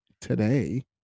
today